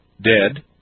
dead